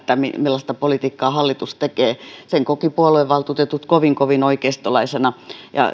millaista politiikkaa hallitus tekee sen kokivat puoluevaltuutetut kovin kovin oikeistolaisena